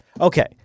Okay